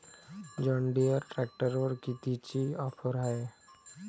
John Deere ट्रॅक्टरवर कितीची offer हाये?